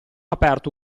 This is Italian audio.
aperto